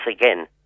Again